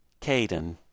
Caden